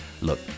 look